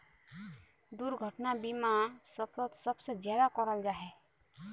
दुर्घटना बीमा सफ़रोत सबसे ज्यादा कराल जाहा